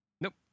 nope